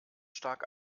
stark